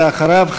ואחריו,